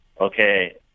okay